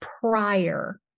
prior